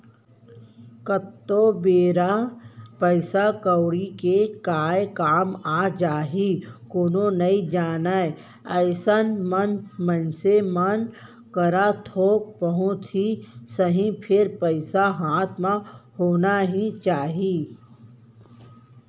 कतको बेर पइसा कउड़ी के काय काम आ जाही कोनो नइ जानय अइसन म मनसे मन करा थोक बहुत ही सही फेर पइसा हाथ म होना ही चाही